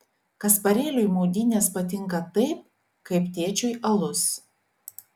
kasparėliui maudynės patinka taip kaip tėčiui alus